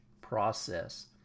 process